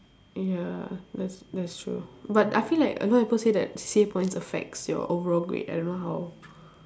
ya that's that's true but I feel like a lot people say that C_C_A points affects your overall grade I don't know how